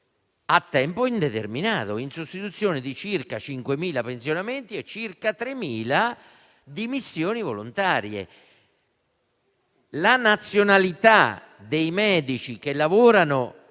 a tempo indeterminato, in sostituzione di circa 5.000 pensionamenti e circa 3.000 dimissioni volontarie. La nazionalità maggiormente